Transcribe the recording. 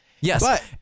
Yes